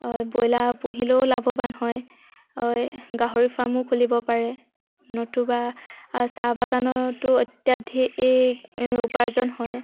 হয় ব্ৰইলাৰ পুহিলেও লাভৱান হয় হয় গাহৰি ফাৰ্মো খুলিব পাৰে নতুবা চাহ বাগানতো অত্যাধিক উপাৰ্জন হয়